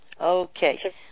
Okay